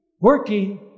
working